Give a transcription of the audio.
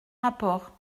rapport